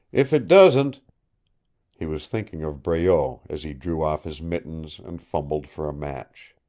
if it doesn't he was thinking of breault as he drew off his mittens and fumbled for a match.